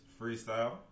freestyle